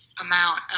amount